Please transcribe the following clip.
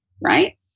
right